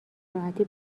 راحتی